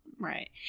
Right